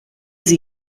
sie